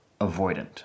avoidant